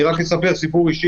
אני רק אספר סיפור אישי.